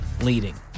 leading